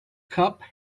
cup